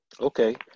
Okay